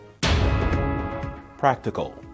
Practical